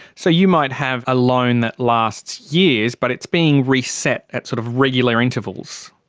so you might have a loan that lasts years but it's being reset at sort of regular intervals?